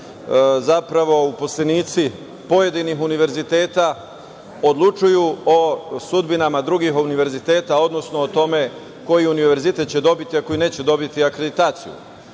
zapravo uposlenici pojedinih univerziteta odlučuju o sudbinama drugih univerziteta, odnosno o tome koji univerzitet će dobiti, a koji neće dobiti akreditaciju. Dakle,